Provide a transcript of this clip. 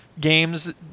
games